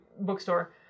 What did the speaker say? bookstore